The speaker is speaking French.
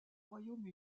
royaume